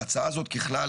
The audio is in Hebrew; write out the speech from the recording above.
ההצעה הזאת ככלל,